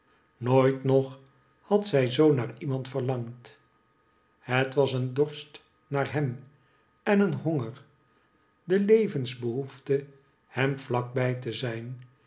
nooit nog had zij zoo naar iemand verlangd het was een dorst naar hem en een honger de levensbehoefte hem vlak bij te zijn